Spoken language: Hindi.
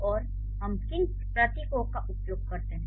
और हम किन प्रतीकों का उपयोग करते हैं